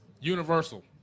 universal